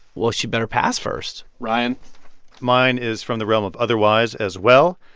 well, she better pass first ryan mine is from the realm of otherwise, as well.